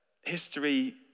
history